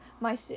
my-